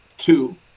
two